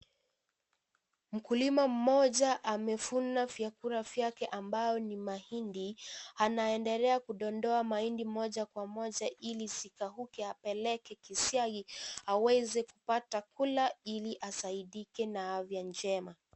Mkulima mmoja amevuna vyakula vyake ambavyo ni mahindi. Anaendelea kudondoa mahindi moja kwa moja ili zikauke apeleke kisiagi aweze kupata kula ili asaidike na afya njema.